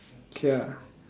okay ah